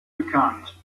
bekannt